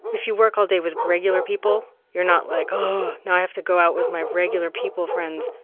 if you work all day with regular people. you're not like, oh, no, i have to go out with my regular people, friends.